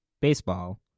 baseball